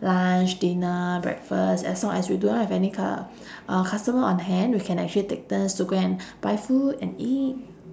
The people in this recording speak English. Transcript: lunch dinner breakfast as long as we do not have any cu~ uh customer on hand we can actually take turns to go and buy food and eat